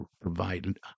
provide